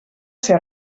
ser